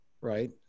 right